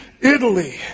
Italy